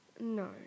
No